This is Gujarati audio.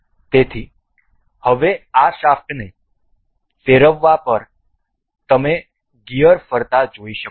તેથી હવે આ શાફ્ટને ફેરવવા પર તમે ગિયર ફરતા જોઈ શકો છો